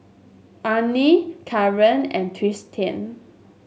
Arnie Caren and Tristian